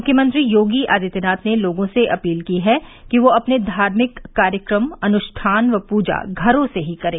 मुख्यमंत्री योगी आदित्यनाथ ने लोगों से अपील की है कि वे अपने धार्मिक कार्यक्रम अनुष्ठान व पूजा घरों से ही करें